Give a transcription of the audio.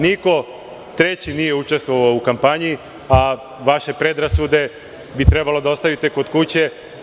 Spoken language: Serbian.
Niko treći nije učestvovao u kampanji, a vaše predrasude bi trebalo da ostavite kod kuće.